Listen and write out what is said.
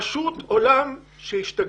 פשוט עולם שהשתגע.